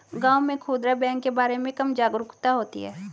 गांव में खूदरा बैंक के बारे में कम जागरूकता होती है